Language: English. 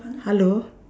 hello